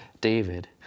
David